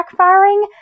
backfiring